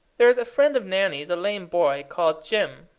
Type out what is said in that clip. there's a friend of nanny's, a lame boy, called jim.